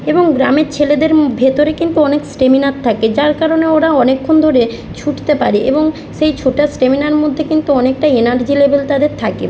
এবং গ্রামের ছেলেদের ভেতরে কিন্তু অনেক স্টেমিনা থাকে যার কারণে ওরা অনেকক্ষণ ধরে ছুটতে পারে এবং সেই ছুটার স্টেমিনার মধ্যে কিন্তু অনেকটা এনার্জি লেভেল তাদের থাকে